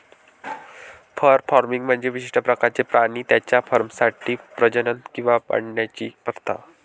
fur farming म्हणजे विशिष्ट प्रकारचे प्राणी त्यांच्या फरसाठी प्रजनन किंवा वाढवण्याची प्रथा